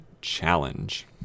Challenge